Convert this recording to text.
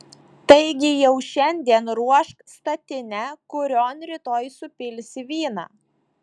taigi jau šiandien ruošk statinę kurion rytoj supilsi vyną